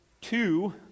two